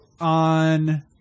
on